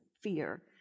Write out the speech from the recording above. fear